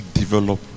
develop